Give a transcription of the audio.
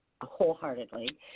wholeheartedly